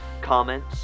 comments